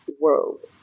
World